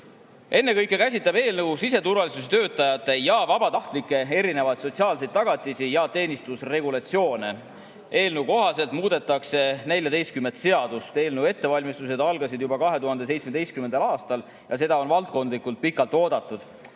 Ennekõike käsitleb eelnõu siseturvalisuse töötajate ja vabatahtlike erinevaid sotsiaalseid tagatisi ja teenistusregulatsioone. Eelnõu kohaselt muudetakse 14 seadust. Eelnõu ettevalmistused algasid juba 2017. aastal ja seda on valdkonnas pikalt oodatud.